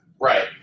Right